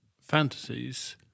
fantasies